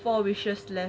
four wishes left